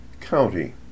County